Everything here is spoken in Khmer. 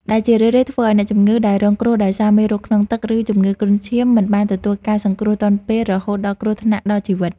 ដែលជារឿយៗធ្វើឱ្យអ្នកជំងឺដែលរងគ្រោះដោយសារមេរោគក្នុងទឹក ឬជំងឺគ្រុនឈាម មិនបានទទួលការសង្គ្រោះទាន់ពេលរហូតដល់គ្រោះថ្នាក់ដល់ជីវិត។